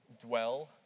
Dwell